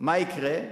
מה יקרה?